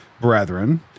brethren